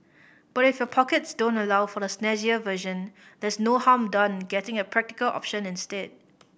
but if your pockets don't allow for the snazzier version there is no harm done getting a practical option instead